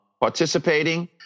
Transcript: participating